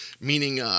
meaning